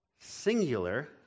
singular